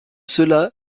cela